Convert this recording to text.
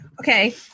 Okay